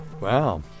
Wow